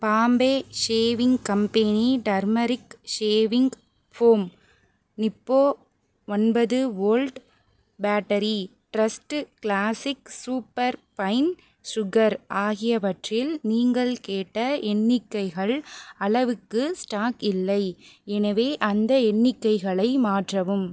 Bombay shaving company turmeric shaving foam Nippo ஒன்பது volt battery trust classic super fine sugar ஆகியவற்றில் நீங்கள் கேட்ட எண்ணிக்கைகள் அளவுக்கு ஸ்டாக் இல்லை எனவே அந்த எண்ணிக்கைகளை மாற்றவும்